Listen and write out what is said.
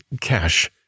cash